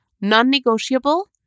Non-negotiable